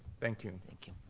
thank you. thank you.